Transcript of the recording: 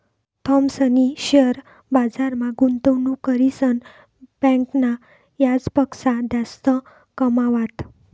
थॉमसनी शेअर बजारमा गुंतवणूक करीसन बँकना याजपक्सा जास्त कमावात